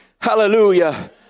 hallelujah